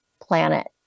planet